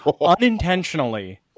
unintentionally